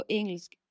engelsk